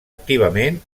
activament